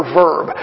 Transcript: verb